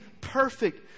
perfect